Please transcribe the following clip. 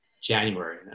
January